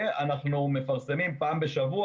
אנחנו מפרסמים פעם בשבוע,